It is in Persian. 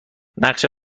نقشه